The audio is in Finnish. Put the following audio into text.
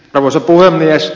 arvoisa puhemies